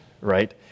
right